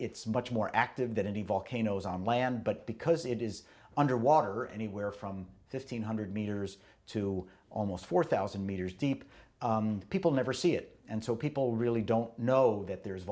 it's much more active than any volcanoes on land but because it is under water anywhere from fifteen hundred meters to almost four thousand meters deep people never see it and so people really don't know that there